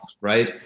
Right